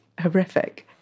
Horrific